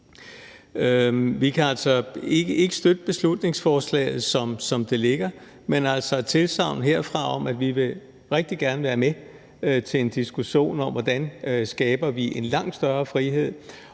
Vi kan altså ikke støtte beslutningsforslaget, som det foreligger, men altså herfra give et tilsagn om, at vi rigtig gerne vil være med til en diskussion om, hvordan vi skaber en langt større frihed,